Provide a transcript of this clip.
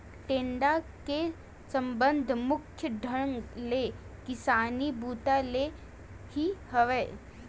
टेंड़ा के संबंध मुख्य ढंग ले किसानी बूता ले ही हवय